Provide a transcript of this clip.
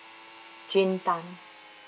jane tan